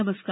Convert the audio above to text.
नमस्कार